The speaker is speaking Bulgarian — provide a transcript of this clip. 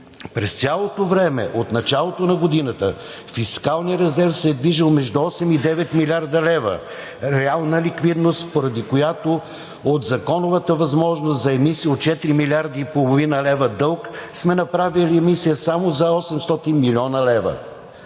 През цялото време – от началото на годината, фискалният резерв се е движел между 8 и 9 млрд. лв. – реална ликвидност, поради която от законовата възможност за емисии от 4,5 млрд. лв. дълг сме направили емисия само за 800 млн. лв.